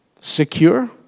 secure